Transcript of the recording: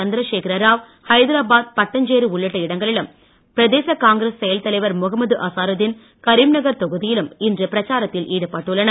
சந்திரசேகர ராவ் ஐதராபாத் பட்டஞ்சேரு உள்ளிட்ட இடங்களிலும் பிரதேச காங்கிரஸ் செயல்தலைவர் முகமது அசாருதீன் கரீம்நகர் தொகுதியிலும் இன்று பிரச்சாரத்தில் ஈடுபட்டுள்ளனர்